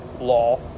law